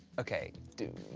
okay, do.